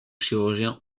chirurgien